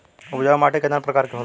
उपजाऊ माटी केतना प्रकार के होला?